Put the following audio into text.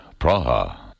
Praha